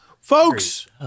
Folks